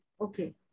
Okay